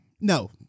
No